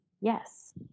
Yes